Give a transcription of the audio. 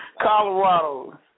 Colorado